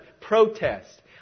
protest